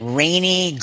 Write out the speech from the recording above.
rainy